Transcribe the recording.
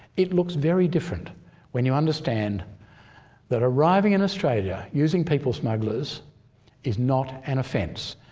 it looks very different when you understand that arriving in australia using people smugglers is not an offence.